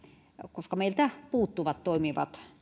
koska meiltä puuttuvat toimivat